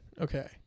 Okay